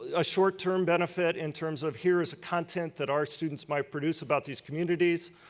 a short term benefit, in terms of here is a content that our students might produce about these communities,